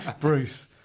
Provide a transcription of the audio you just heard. Bruce